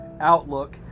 outlook